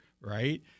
right